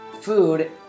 food